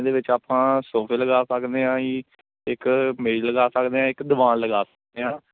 ਇਹਦੇ ਵਿੱਚ ਆਪਾਂ ਸੋਫੇ ਲਗਾ ਸਕਦੇ ਹਾਂ ਜੀ ਇੱਕ ਮੇਜ਼ ਲਗਾ ਸਕਦੇ ਹਾਂ ਇੱਕ ਦਵਾਨ ਲਗਾ ਸਕਦੇ ਹਾਂ